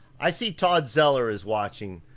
i see todd zeller is watching,